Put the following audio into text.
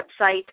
website